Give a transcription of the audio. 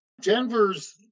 Denver's